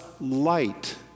light